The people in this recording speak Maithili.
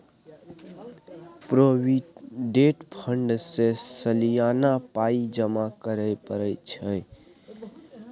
प्रोविडेंट फंड मे सलियाना पाइ जमा करय परय छै